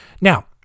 Now